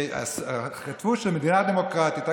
כתבו שמדינה דמוקרטית אגב,